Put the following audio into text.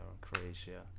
Croatia